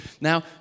now